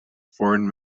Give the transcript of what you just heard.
foreign